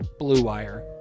BLUEWIRE